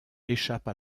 échappe